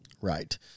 Right